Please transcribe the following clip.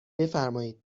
بفرمایید